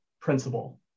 principle